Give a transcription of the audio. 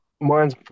Mine's